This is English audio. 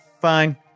Fine